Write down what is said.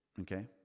Okay